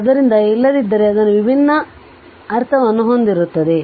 ಆದ್ದರಿಂದ ಇಲ್ಲದಿದ್ದರೆ ಅದು ವಿಭಿನ್ನ ಅರ್ಥವನ್ನು ಹೊಂದಿರುತ್ತದೆ